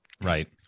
right